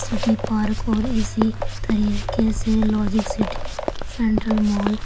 city park اور اسی طریقے سے لوجک سٹی سنٹر مال